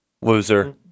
Loser